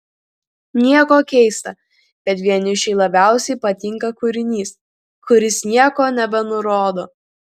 nieko keista kad vienišiui labiausiai patinka kūrinys kuris nieko nebenurodo